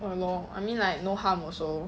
uh lor I mean like no harm also